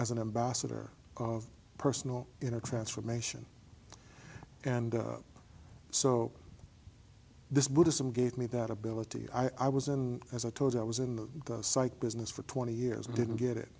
as an ambassador of personal inner transformation and so this buddhism gave me that ability i was in as i told you i was in the psych business for twenty years i didn't get it